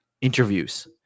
interviews